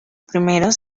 primeros